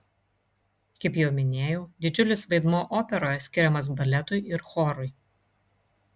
kaip jau minėjau didžiulis vaidmuo operoje skiriamas baletui ir chorui